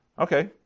okay